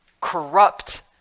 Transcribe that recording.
corrupt